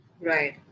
Right